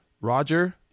Roger –